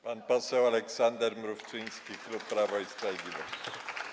Pan poseł Aleksander Mrówczyński, klub Prawo i Sprawiedliwość.